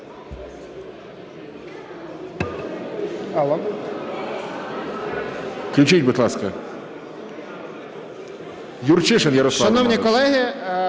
Включіть, будь ласка. Юрчишин Ярослав